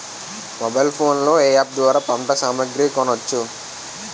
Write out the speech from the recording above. Mobile phone లో ఏ app ద్వారా పంట సామాగ్రి కొనచ్చు?